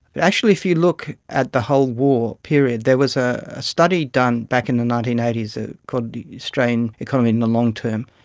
but actually if you look at the whole war period there was a study done back in the nineteen eighty s so called australian economy in the long term,